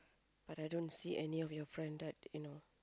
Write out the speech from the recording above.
but I don't see any of your friend that you know